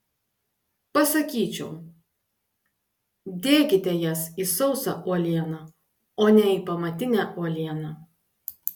pasakyčiau dėkite jas į sausą uolieną o ne į pamatinę uolieną